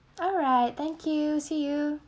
alright thank you see you